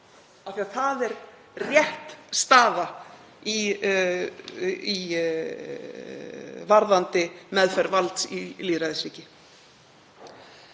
það er rétt staða varðandi meðferð valds í lýðræðisríki.